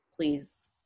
Please